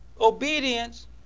Obedience